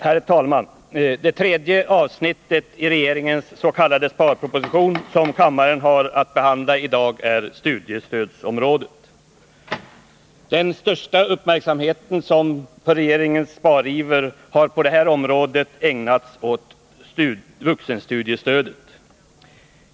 Herr talman! Det tredje avsnittet i regeringens s.k. sparproposition som kammaren har att behandla i dag är studiestödsområdet. Den största uppmärksamheten när det gäller regeringens spariver har på det området ägnats vuxenstudiestödet.